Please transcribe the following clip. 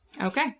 Okay